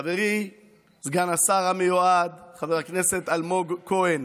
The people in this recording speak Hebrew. חברי סגן השר המיועד חבר הכנסת אלמוג כהן